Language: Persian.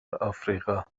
آفریقا